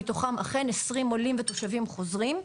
מתוכם 20 עולים ותושבים חוזרים,